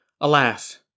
Alas